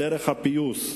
דרך הפיוס,